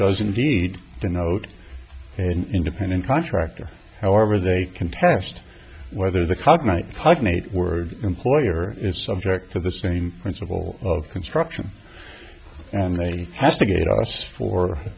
does indeed denote an independent contractor however they can test whether the cognizant hyphenate word employer is subject to the same principle of construction and they have to get us for